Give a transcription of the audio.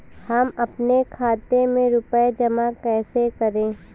हम अपने खाते में रुपए जमा कैसे करें?